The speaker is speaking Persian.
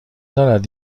دارد